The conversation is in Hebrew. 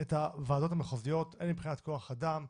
את הוועדות המחוזיות, הן מבחינת כוח אדם,